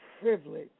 privilege